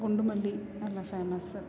குண்டு மல்லி நல்லா ஃபேமஸ்ஸு